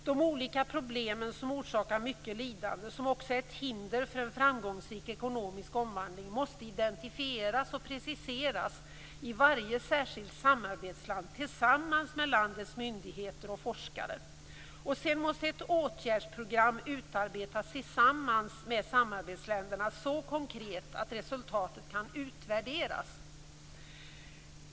De olika problemen som orsakar mycket lidande, som också är ett hinder för en framgångsrik ekonomisk omvandling, måste identifieras och preciseras i varje särskilt samarbetsland tillsammans med landets myndigheter och forskare. Sedan måste ett åtgärdsprogram utarbetas tillsammans med samarbetsländerna så konkret att resultatet kan utvärderas.